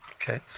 Okay